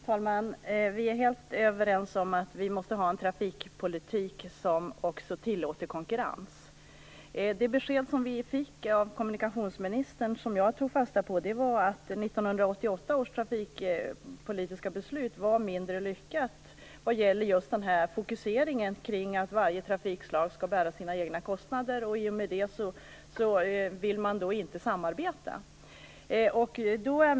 Fru talman! Vi är helt överens om att vi måste ha en trafikpolitik som tillåter konkurrens. Det besked vi fick av kommunikationsministern och som jag tog fasta på innebar att 1988 års trafikpolitiska beslut var mindre lyckat vad gäller fokuseringen på att varje trafikslag skall bära sina egna kostnader, och att man i och med det inte vill samarbeta.